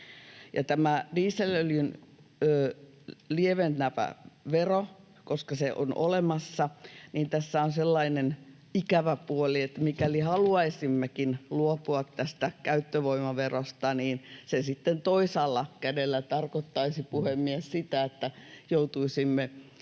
tässä dieselöljyn lieventävässä verossa, koska se on olemassa, on sellainen ikävä puoli, että mikäli haluaisimmekin luopua tästä käyttövoimaverosta, niin se sitten toisella kädellä tarkoittaisi, puhemies, sitä, että joutuisimme